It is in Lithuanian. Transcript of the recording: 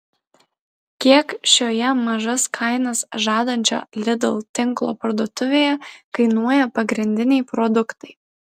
kiek šioje mažas kainas žadančio lidl tinklo parduotuvėje kainuoja pagrindiniai produktai